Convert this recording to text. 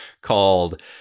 Called